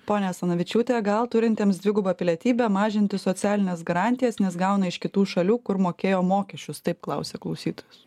ponia asanavičiūte gal turintiems dvigubą pilietybę mažinti socialines garantijas nes gauna iš kitų šalių kur mokėjo mokesčius taip klausia klausytojas